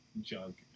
junk